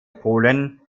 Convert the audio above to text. polen